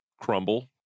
crumble